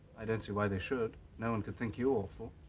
i don't see why they should. no one could think you awful